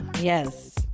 Yes